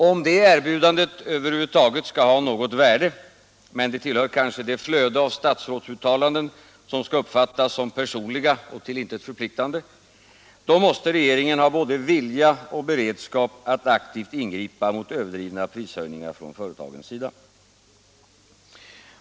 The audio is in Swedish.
Om det erbjudandet över huvud taget skall ha något värde —- men detta tillhör kanske det flöde av statsrådsuttalanden som skall uppfattas som personliga och till intet förpliktande — måste regeringen ha både vilja och beredskap att aktivt ingripa mot överdrivna prishöjningar från företagens sida.